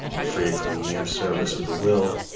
freed from the mere service of the will,